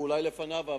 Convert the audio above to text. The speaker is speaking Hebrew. ואולי לפניו,